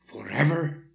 Forever